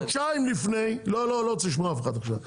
חודשיים לפני לא לא אני לא רוצה לשמוע אף אחד עכשיו,